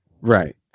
Right